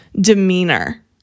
demeanor